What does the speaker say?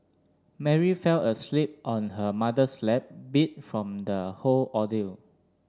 Mary fell asleep on her mother's lap beat from the whole ordeal